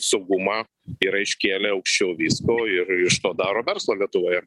saugumą yra iškėlę aukščiau visko ir iš to daro verslą lietuvoje